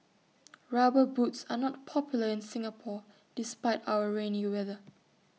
rubber boots are not popular in Singapore despite our rainy weather